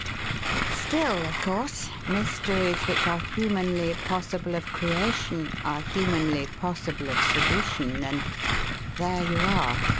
still, of course, mysteries which are humanly possible of creation are humanly possible of solution, and there you are.